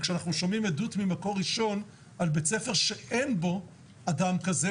כשאנחנו שומעים עדות ממקור ראשון על בית ספר שאין בו אדם כזה,